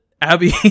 Abby